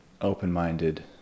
open-minded